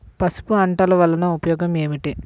పసుపు అట్టలు వలన ఉపయోగం ఏమిటి?